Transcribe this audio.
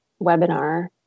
webinar